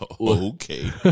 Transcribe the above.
Okay